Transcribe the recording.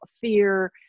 fear